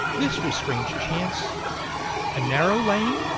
this was strange chance a narrow lane,